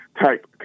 type